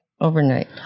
overnight